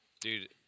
dude